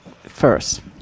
first